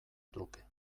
truke